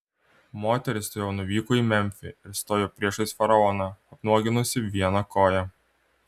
moteris tuojau nuvyko į memfį ir stojo priešais faraoną apnuoginusi vieną koją